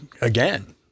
again